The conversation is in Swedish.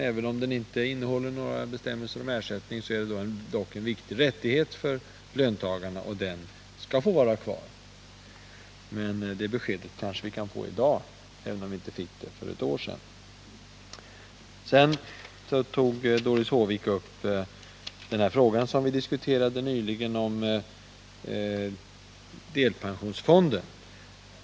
Även om lagen inte innehåller några bestämmelser om ersättning, är det dock en viktig rättighet för löntagarna som bör få vara kvar. Men vi kan kanske få besked i dag, trots att vi inte fick något för ett år sedan. Sedan tog Doris Håvik upp den nyligen diskuterade frågan om delpensionsfonden.